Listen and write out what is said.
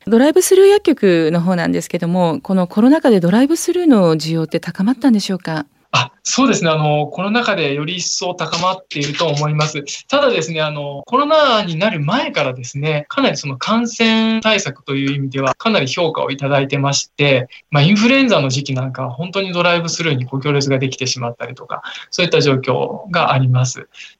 ドライブスルー薬局の方なんですけども、このコロナ禍でドライブスルーの需要って高まったんでしょうか？あ、そうですね。あの、コロナ禍でより一層高まっていると思います。ただですね、あの、コロナになる前からですね、かなりその感染対策という意味ではかなり評価をいただいてまして、まあ、インフルエンザの時期なんかは本当にドライブスルーにご行列ができてしまったりとか、そういった状況があります。